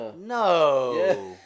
No